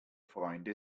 freunde